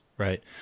Right